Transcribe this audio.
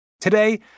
Today